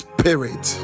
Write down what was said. Spirit